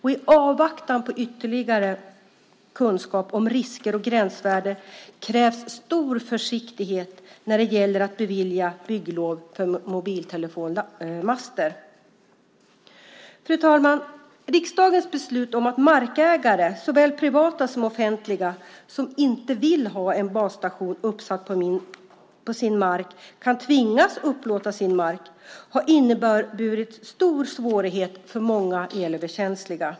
I avvaktan på ytterligare kunskap om risker och gränsvärden krävs stor försiktighet när det gäller att bevilja bygglov för mobiltelefonmaster. Fru talman! Riksdagens beslut om att markägare, såväl privata som offentliga, som inte vill ha en basstation uppsatt på sin mark kan tvingas upplåta sin mark har inneburit en stor svårighet för många elöverkänsliga.